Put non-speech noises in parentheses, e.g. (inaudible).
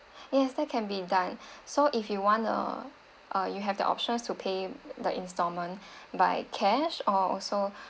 eh that can be done (breath) so if you want uh uh you have the options to pay the installment (breath) by cash or also (breath)